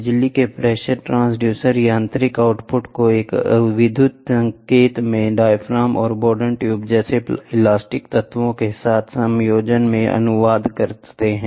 बिजली के pressure transducer यांत्रिक आउटपुट को एक विद्युत संकेत में डायाफ्राम और बोरडॉन ट्यूब जैसे इलास्टिक तत्वों के साथ संयोजन में अनुवाद करते हैं